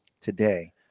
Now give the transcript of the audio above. today